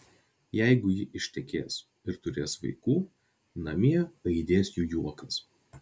jeigu ji ištekės ir turės vaikų namie aidės jų juokas